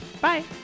bye